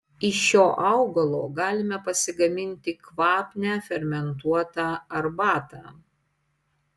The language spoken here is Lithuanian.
iš šio augalo galime pasigaminti kvapnią fermentuotą arbatą